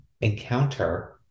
encounter